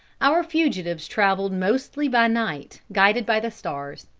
our fugitives traveled mostly by night, guided by the stars.